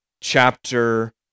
chapter